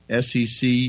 SEC